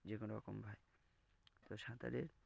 যে কোনো রকম ভাবে তো সাঁতারের